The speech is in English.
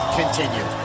continue